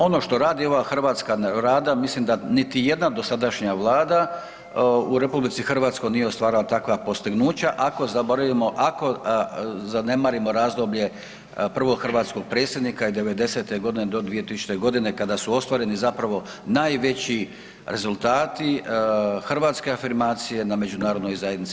Ono što radi ova Hrvatska rada mislim da niti jedna dosadašnja vlada u RH nije ostvarila takva postignuća ako zaboravimo, ako zanemarimo razdoblje prvog hrvatskog predsjednika i '90. g. do 2000. g. kada su ostvareni zapravo najveći rezultati hrvatske afirmacije na međunarodnoj zajednici.